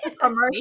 commercial